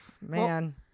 man